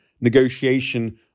negotiation